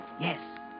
yes